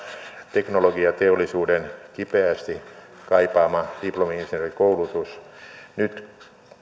teknologiateollisuuden kipeästi kaipaama diplomi insinöörikoulutus nyt